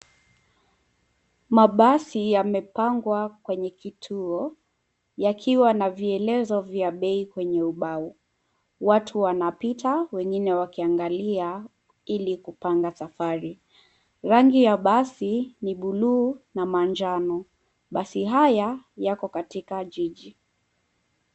Mabasi yamepangwa kwenye kituo yakiwa na vielezo vya bei kwenye ubao. Watu wanapita wengine wakiangalia ili kupanga safari. Rangi ya basi ni buluu na manjano. Basi haya yako katika jiji.